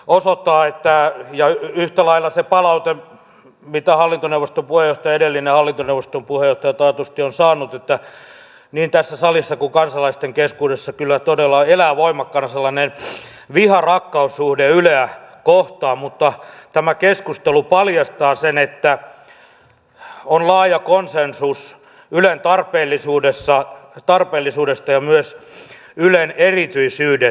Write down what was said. tämä keskustelu ja yhtä lailla se palaute mitä edellinen hallintoneuvoston puheenjohtaja taatusti on saanut osoittaa sen että niin tässä salissa kuin kansalaisten keskuudessa kyllä todella elää voimakkaana sellainen viharakkaus suhde yleä kohtaan mutta tämä keskustelu paljastaa sen että on laaja konsensus ylen tarpeellisuudesta ja myös ylen erityisyydestä